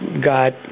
got